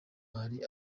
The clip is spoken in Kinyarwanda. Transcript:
hari